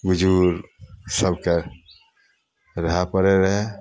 बुजुर्ग सभके रहय पड़ैत रहै